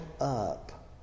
up